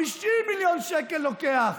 50 מיליון שקל לוקח